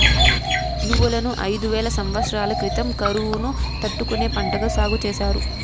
నువ్వులను ఐదు వేల సమత్సరాల క్రితం కరువును తట్టుకునే పంటగా సాగు చేసారు